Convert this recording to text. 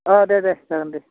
औ दे दे जागोन दे